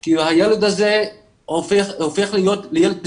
כי הילד הזה הופך להיות לילד בסיכון.